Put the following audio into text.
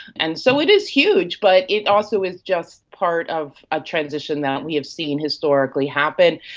and so it is huge. but it also is just part of a transition that we have seen historically happen,